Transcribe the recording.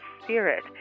Spirit